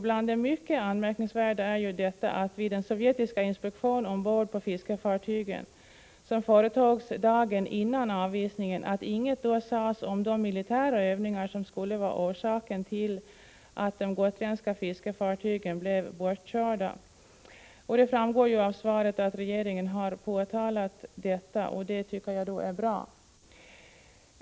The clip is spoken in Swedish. Bland det mycket anmärkningsvärda är att vid den sovjetiska inspektion ombord på fiskefartygen som företogs dagen före avvisningen inget sades om de militära övningar som skulle vara orsaken till att de gotländska fiskefartygen blev bortkörda. Det framgår ju av svaret att regeringen har påtalat detta, och det tycker jag är bra.